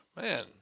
man